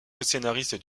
coscénariste